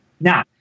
Now